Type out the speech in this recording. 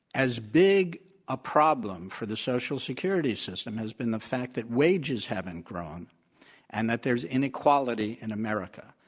as big a problem for the social security system has been the fact that wages haven't grown and that there's inequality in america.